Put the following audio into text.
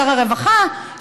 שר הרווחה,